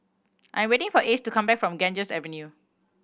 I am waiting for Ace to come back from Ganges Avenue